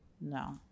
no